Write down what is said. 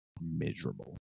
miserable